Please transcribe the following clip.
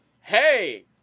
hey